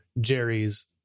Jerry's